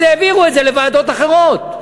אז העבירו את זה לוועדות אחרות.